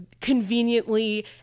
conveniently